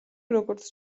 როგორც